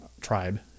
tribe